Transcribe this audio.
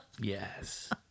Yes